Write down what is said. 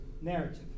narrative